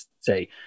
say